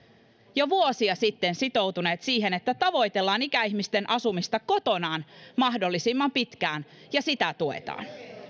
jo vuosia sitten sitoutuneet siihen että tavoitellaan ikäihmisten asumista kotonaan mahdollisimman pitkään ja tuetaan sitä